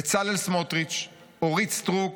"בצלאל סמוטריץ', אורית סטרוק